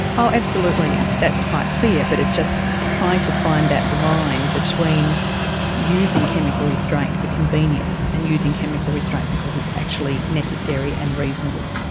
oh absolutely, that's quite clear, but it's just trying to find that line between using chemical restraint for convenience and using chemical restraint because it's actually necessary and reasonable.